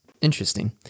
Interesting